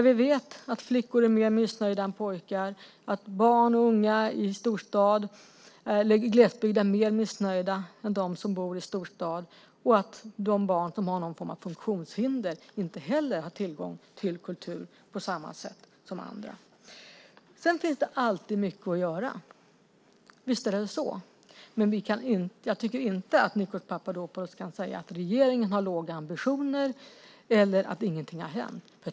Vi vet att flickor är mer missnöjda än pojkar, att barn och unga i glesbygd är mer missnöjda än de som bor i storstad och att de barn som har någon form av funktionshinder inte heller har tillgång till kultur på samma sätt som andra. Det finns alltid mycket att göra - visst är det så. Men jag tycker inte att Nikos Papadopoulos kan säga att regeringen har låga ambitioner eller att ingenting har hänt.